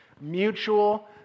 mutual